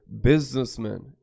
businessmen